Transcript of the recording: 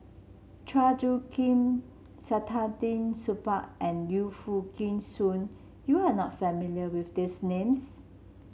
Chua Soo Khim Saktiandi Supaat and Yu Foo Yee Shoon you are not familiar with these names